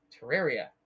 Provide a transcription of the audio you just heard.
Terraria